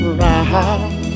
round